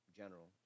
general